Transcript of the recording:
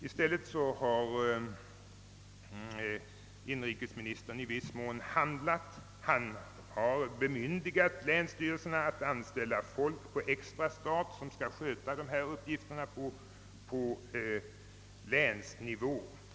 I stället har inrikesministern handlat: han har bemyndigat länsstyrelserna att anställa folk på extra stat som skall sköta dessa uppgifter på länsnivå.